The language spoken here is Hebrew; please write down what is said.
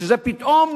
שפתאום